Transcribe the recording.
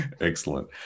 Excellent